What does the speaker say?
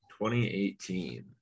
2018